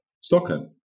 Stockholm